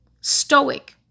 stoic